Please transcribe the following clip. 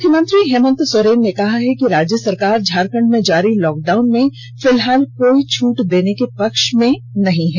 मुख्यमंत्री हेमंत सोरेन ने कहा है कि राज्य सरकार झारखंड में जारी लॉकडाउन में फिलहाल कोई छूट र्दने के पक्ष में नहीं है